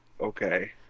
Okay